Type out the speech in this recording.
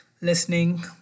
listening